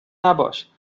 نباش